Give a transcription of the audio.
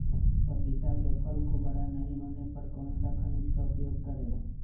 पपीता के फल को बड़ा नहीं होने पर कौन सा खनिज का उपयोग करें?